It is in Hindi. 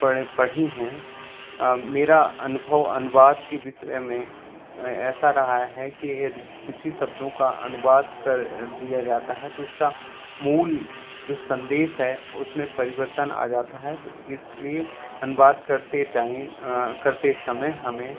पढीं हैं मेरा अनुभव अनुवाद के विषय में ऐसा रहा है कि यदि किसी शब्दों का अनुवाद कर दिया जाता है तो उसका मूल जो संदेश है उसमें परिवर्तन आ जाता है तो इसलिए अनुवाद करते टाइम करते समय हमें